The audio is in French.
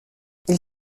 ils